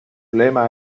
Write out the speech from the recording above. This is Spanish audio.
lema